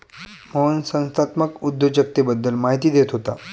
मोहन संस्थात्मक उद्योजकतेबद्दल माहिती देत होता